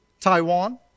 Taiwan